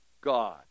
God